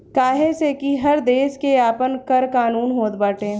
काहे से कि हर देस के आपन कर कानून होत बाटे